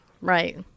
right